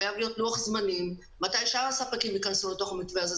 חייב להיות לוח זמנים מתי שאר הספקים ייכנסו לתוך המתווה הזה.